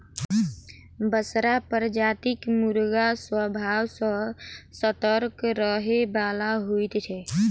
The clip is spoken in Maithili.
बसरा प्रजातिक मुर्गा स्वभाव सॅ सतर्क रहयबला होइत छै